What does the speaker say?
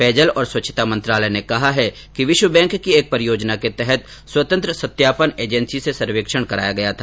पेयजल और स्वच्छता मंत्रालय ने कहा है कि विश्व बैंक की एक परियोजना के तहत स्वतंत्र सत्यापन एजेंसी से सर्वेक्षण कराया गया था